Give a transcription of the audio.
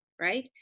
right